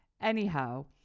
Anyhow